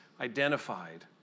identified